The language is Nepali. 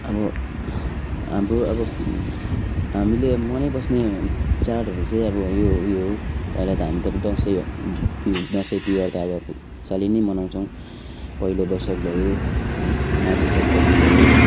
अब हाम्रो अब हामीले मनाइबस्ने चाडहरू चाहिँ अब उयो पहिला त हामीहरू दसैँहरू दसैँ तिहार त सालिनै मनाउँछौ पहिलो बैशाख भयो होइन माघे सङ्क्रान्ति भयो